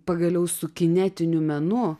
pagaliau su kinetiniu menu